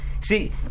see